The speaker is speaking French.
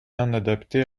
adaptés